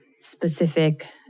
specific